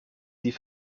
sie